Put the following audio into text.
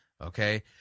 Okay